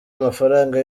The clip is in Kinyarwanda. amafaranga